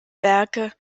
werke